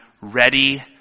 ready